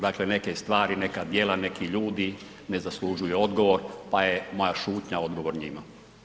Dakle, neke stvari, neka djela, neki ljudi ne zaslužuju odgovor, pa je moja šutnja odgovor njima.